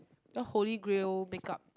you know holy grail makeup